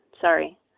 Sorry